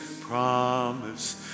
promise